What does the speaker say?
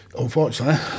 Unfortunately